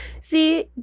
See